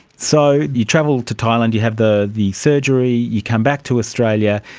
so you travelled to thailand, you had the the surgery, you come back to australia,